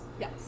Yes